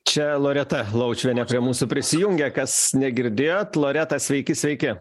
čia loreta laučiuvienė prie mūsų prisijungė kas negirdėjot loreta sveiki sveiki